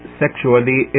sexually